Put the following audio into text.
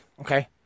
okay